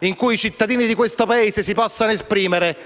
in cui i cittadini di questo Paese devono potersi esprimere